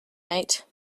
mate